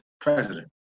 president